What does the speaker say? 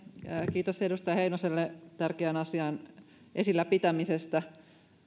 kiitos edustaja heinoselle tärkeän asian esillä pitämisestä